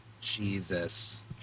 jesus